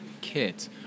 kit